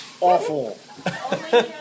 Awful